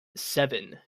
seven